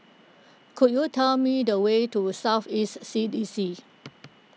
could you tell me the way to South East C D C